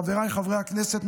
חבריי חברי הכנסת,